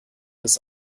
des